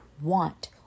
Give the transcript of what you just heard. want